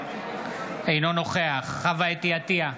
אינו נוכח חוה אתי עטייה,